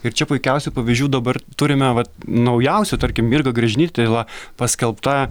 ir čia puikiausių pavyzdžių dabar turime vat naujausia tarkim mirga gražinytė tyla paskelbta